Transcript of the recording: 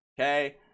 Okay